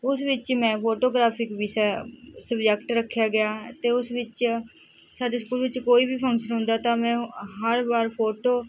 ਉਸ ਵਿੱਚ ਮੈਂ ਫੋਟੋਗ੍ਰਾਫੀ ਵਿਸ਼ਾ ਸਬਜੈਕਟ ਰੱਖਿਆ ਗਿਆ ਅਤੇ ਉਸ ਵਿੱਚ ਸਾਡੇ ਸਕੂਲ ਵਿੱਚ ਕੋਈ ਵੀ ਫੰਕਸ਼ਨ ਹੁੰਦਾ ਤਾਂ ਮੈਂ ਹਰ ਵਾਰ ਫੋਟੋ